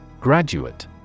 Graduate